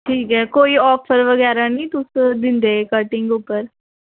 ठीक कोई ऑफर बगैरा नेईं तुस दिंदे कटिंग उप्पर